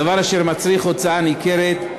דבר אשר מצריך הוצאה ניכרת,